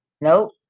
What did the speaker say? Nope